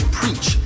preach